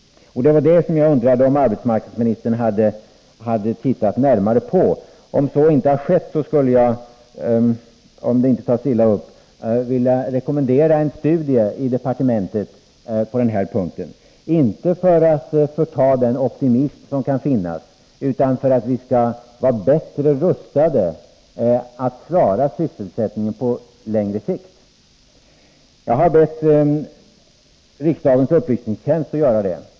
Det var det jag undrade om arbetsmarknadsministern hade tittat närmare på. Om så inte har skett, skulle jag — om det inte tas illa upp — vilja rekommendera en studie i departementet på denna punkt, inte för att förta den optimism som kan finnas utan för att vi skall vara bättre rustade att klara sysselsättningen på längre sikt. Jag har bett riksdagens upplysningstjänst att göra det.